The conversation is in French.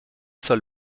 sol